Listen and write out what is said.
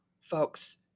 folks